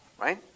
Right